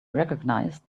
recognize